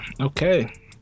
Okay